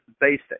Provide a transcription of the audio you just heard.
basic